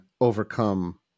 overcome